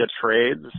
trades